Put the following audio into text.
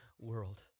world